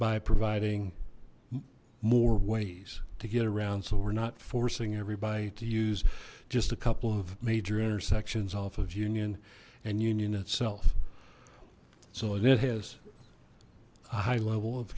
by providing more ways to get around so we're not forcing everybody to use just a couple of major intersections off of union and union itself so it it has a high level of